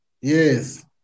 Yes